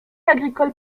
agricole